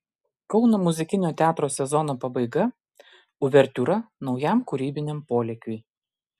kauno muzikinio teatro sezono pabaiga uvertiūra naujam kūrybiniam polėkiui